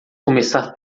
começar